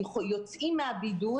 יוצאים מהבידוד,